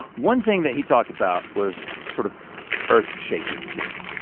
one thing that he talked about was sort of earth-shaking to me.